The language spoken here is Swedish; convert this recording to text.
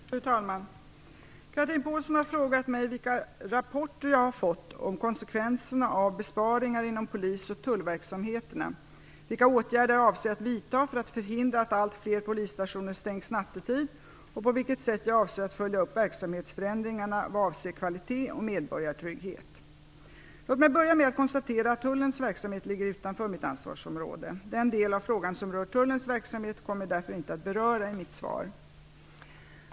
Fru talman! Chatrine Pålsson har frågat mig vilka rapporter jag har fått om konsekvenserna av besparingar inom Polis och tullverksamheterna, vilka åtgärder jag avser att vidta för att förhindra att allt fler polisstationer stängs nattetid och på vilket sätt jag avser att följa upp verksamhetsförändringarna vad avser kvalitet och medborgartrygghet. Låt mig börja med att konstatera att Tullens verksamhet ligger utanför mitt ansvarsområde. Den del av frågan som rör tullens verksamhet kommer jag därför inte att beröra i mitt svar.